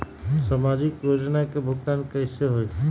समाजिक योजना के भुगतान कैसे होई?